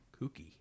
kooky